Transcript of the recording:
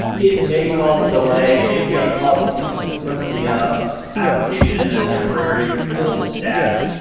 it may cause a delay, it may cause us to put the application in a temporary hold status.